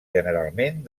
generalment